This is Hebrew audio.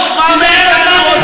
החרדי, אתה מבין את זה?